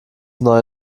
neue